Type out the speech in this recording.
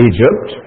Egypt